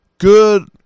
Good